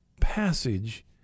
passage